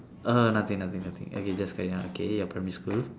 err nothing nothing nothing you just carry on okay your primary school